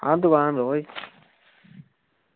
आं दुकान पर